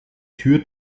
tür